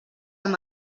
amb